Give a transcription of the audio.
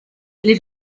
live